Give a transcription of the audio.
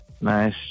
nice